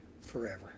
forever